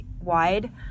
wide